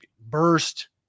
burst